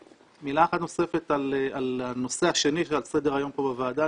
מילה אחת נוספת על הנושא השני שעל סדר היום פה בוועדה,